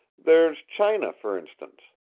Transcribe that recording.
there's china, for instance.